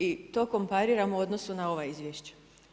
I to kompariram u odnosu na ova izvješća.